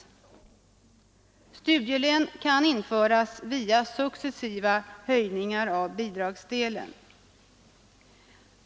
Studielön kan införas via successiva höjningar av bidragsdelen.